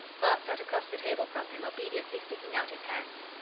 bart sat across the table from him, obediently sticking out his hands.